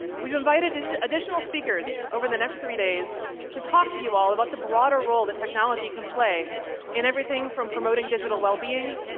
we've invited additional speakers over the next three days to talk to you all about the broader role that technology can play in everything from promoting digital wellbeing,